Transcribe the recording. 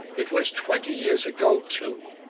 it was twenty years ago, too.